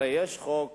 הרי יש חוק